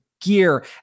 gear